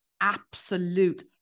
absolute